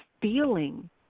feeling